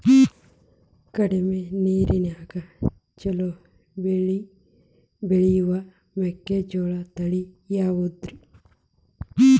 ಕಡಮಿ ನೇರಿನ್ಯಾಗಾ ಛಲೋ ಬೆಳಿ ಬೆಳಿಯೋ ಮೆಕ್ಕಿಜೋಳ ತಳಿ ಯಾವುದ್ರೇ?